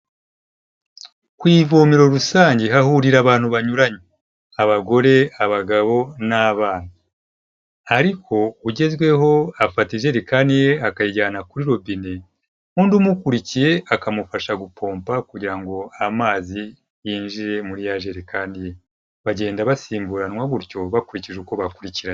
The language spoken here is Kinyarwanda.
Ku ivomero rusange hahurira abantu banyuranye: abagore, abagabo n'abana ariko ugezweho afata ijerekani ye akayijyana kuri robine, undi umukurikiye akamufasha gupomba kugira ngo amazi yinjire muri ya jerekani ye. Bagenda basimburanwa gutyo bakurikije uko bakuriranye.